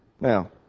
Now